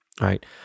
right